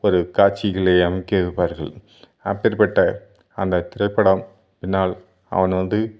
ஒரு காட்சிகளை அமைத்து இருப்பார்கள் அப்டிப்பட்ட அந்த திரைப்படம் பின்னால் அவன் வந்து